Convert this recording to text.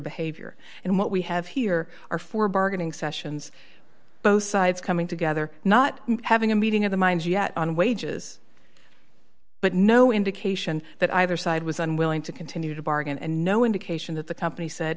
behavior and what we have here are four bargaining sessions both sides coming together not having a meeting of the minds yet on wages but no indication that either side was unwilling to continue to bargain and no indication that the company said